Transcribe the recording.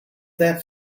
that